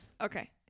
Okay